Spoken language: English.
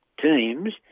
teams